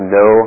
no